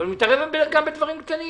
הוא מתערב גם בדברים קטנים,